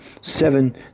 seven